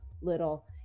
little